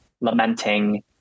lamenting